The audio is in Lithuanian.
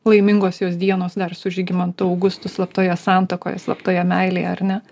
laimingos jos dienos dar su žygimantu augustu slaptoje santuokoje slaptoje meilėje ar ne